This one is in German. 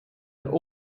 der